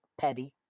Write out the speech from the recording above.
petty